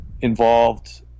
involved